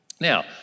Now